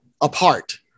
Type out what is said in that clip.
apart